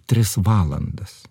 tris valandas